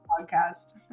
podcast